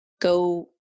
Go